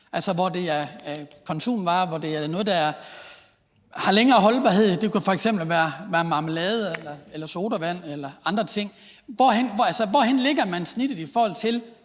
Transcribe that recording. altså konsumvarer, som har længere holdbarhed. Det kunne f.eks. være marmelade eller sodavand eller andre ting. Hvor lægger man snittet i forhold til